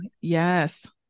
yes